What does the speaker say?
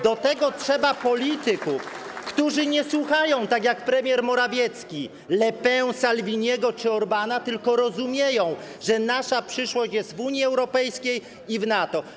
Do tego trzeba polityków, którzy nie słuchają, tak jak premier Morawiecki, Le Pen, Salviniego czy Orbána, tylko rozumieją, że nasza przyszłość jest w Unii Europejskiej i w NATO.